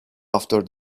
after